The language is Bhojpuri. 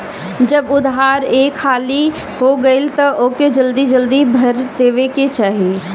जब उधार एक हाली हो गईल तअ ओके जल्दी जल्दी भर देवे के चाही